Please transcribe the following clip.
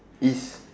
is